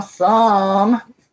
Awesome